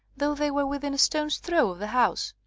though they were within a stone's throw of the house.